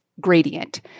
gradient